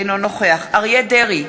אינו נוכח אריה דרעי,